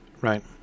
right